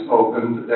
opened